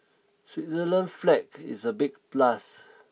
Switzerland flag is a big plus